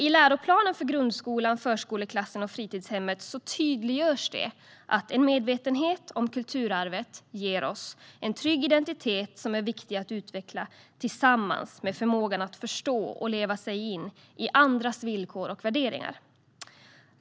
I läroplanen för grundskolan, förskoleklassen och fritidshemmet tydliggörs att en medvetenhet om kulturarvet ger oss en trygg identitet som är viktig att utveckla, tillsammans med förmågan att förstå och leva sig in i andras villkor och värderingar.